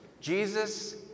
Jesus